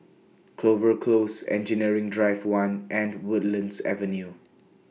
Clover Close Engineering Drive one and Woodlands Avenue